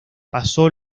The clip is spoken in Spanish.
pasó